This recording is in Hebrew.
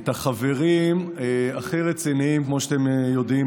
את החברים הכי רציניים, כמו שאתם יודעים